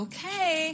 Okay